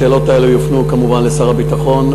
השאלות האלה יופנו כמובן לשר הביטחון,